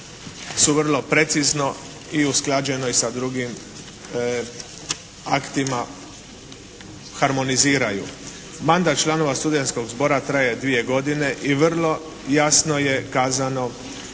su vrlo precizno i usklađena sa drugim aktima harmoniziraju. Mandat članova studenskog zbora traje dvije godine i vrlo je jasno kazano